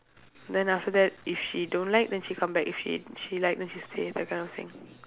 then after that if she don't like then she come back if she she like then she stay that kind of thing